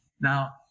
Now